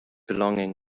belongings